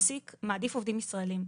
מעסיק מעדיף עובדים ישראלים.